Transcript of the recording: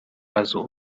mazu